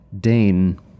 Dane